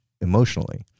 emotionally